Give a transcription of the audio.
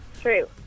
True